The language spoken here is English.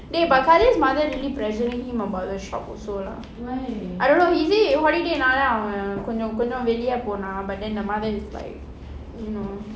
dey but karthik's mother really pressuring him about the shop also lah I don't know he say holiday கொஞ்சம் கொஞ்சம் வெளிய போலாம்:konjam konjam veliya polaam but then the mother is like you know